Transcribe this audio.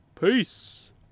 Peace